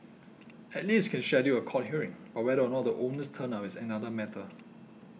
at least can schedule a court hearing but whether or not the owners turn up is another matter